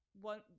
one